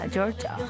Georgia